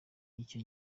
icyo